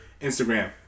Instagram